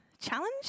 challenge